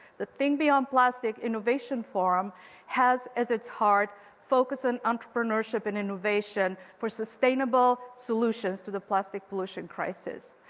the think beyond plastic innovation forum has as its heart, focus on entrepreneurship and innovation for sustainable solutions to the plastic pollution crisis.